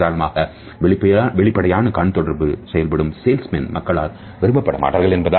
உதாரணமாக வெளிப்படையான கண் தொடர்புடன் செயல்படும் சேல்ஸ்மேன் மக்களால் விரும்பப்பட்டமாட்டார் என்பது